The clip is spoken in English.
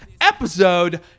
episode